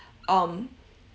um